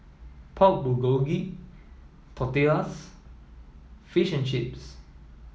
Pork Bulgogi Tortillas Fish and Chips